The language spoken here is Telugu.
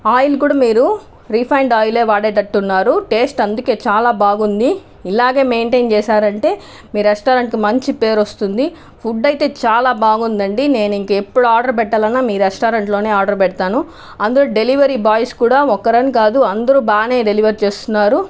ఆయిల్ కూడా మీరు రిఫైన్డ్ అయిలే వాడేడట్టు ఉన్నారు టేస్ట్ అందుకే చాలా బాగుంది ఇలాగే మెయింటైన్ చేసారంటే మీ రెస్టారంట్కి మంచి పేరు వస్తుంది ఫుడ్ అయితే చాలా బాగుందండీ నేను ఇంక ఎప్పుడు ఆర్డర్ పెట్టాలన్న మీ రెస్టారంట్లోనే ఆర్డర్ పెడుతాను అందులో డెలివరీ బాయ్స్ కూడా ఒకరని కాదు అందరు బాగానే డెలివర్ చేస్తున్నారు